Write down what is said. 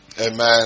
Amen